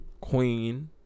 Queen